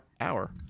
hour